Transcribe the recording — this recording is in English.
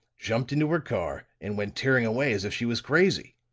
jumped into her car and went tearing away as if she was crazy.